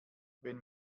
wenn